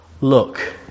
Look